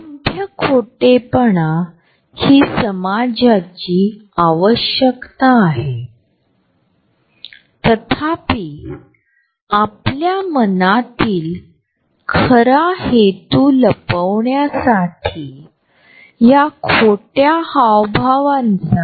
येथे जसे आपण समजू शकता की आमच्या वैयक्तिक फुग्यामध्ये घुसखोरी करण्याची इतर व्यक्तीस परवानगी आहे